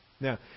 Now